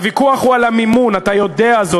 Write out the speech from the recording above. הוויכוח הוא על המימון, אתה יודע זאת.